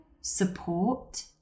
support